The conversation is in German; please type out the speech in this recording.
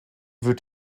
wird